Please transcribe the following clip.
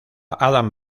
adam